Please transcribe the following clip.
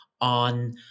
on